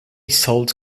sold